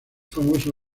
famoso